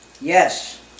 Yes